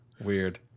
weird